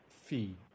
fee